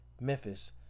Memphis